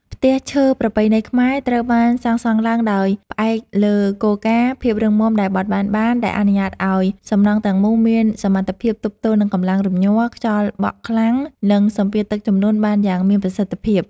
ផ្ទះឈើប្រពៃណីខ្មែរត្រូវបានសាងសង់ឡើងដោយផ្អែកលើគោលការណ៍ ភាពរឹងមាំដែលបត់បែនបាន ដែលអនុញ្ញាតឱ្យសំណង់ទាំងមូលមានសមត្ថភាពទប់ទល់នឹងកម្លាំងរំញ័រ ខ្យល់បក់ខ្លាំង និងសម្ពាធទឹកជំនន់បានយ៉ាងមានប្រសិទ្ធភាព។